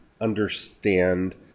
understand